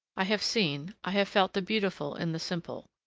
i have seen, i have felt the beautiful in the simple,